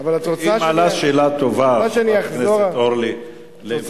היא מעלה שאלה טובה, חברת הכנסת אורלי לוי.